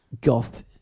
goth